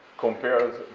compares,